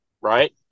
right